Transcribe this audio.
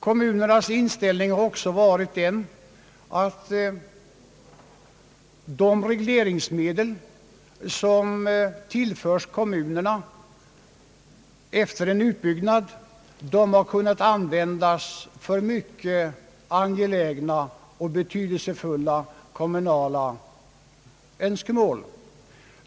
Kommunernas inställning har också varit den att de regleringsmedel som tillförs kommunerna efter en utbyggnad har kunnat användas för att tillgodose mycket angelägna och betydelsefulla kommunala önskemål.